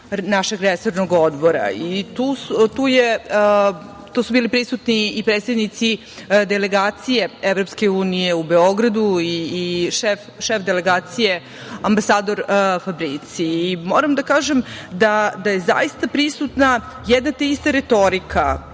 našeg resornog odbora i tu su bili prisutni i predstavnici delegacije EU u Beogradu i šef delegacije, ambasador Fabrici. Moram da kažem da je zaista prisutna jedna te ista retorika